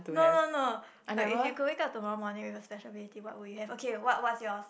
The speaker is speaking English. no no no but if you could wake up tomorrow morning with a special ability what would you have okay what what's yours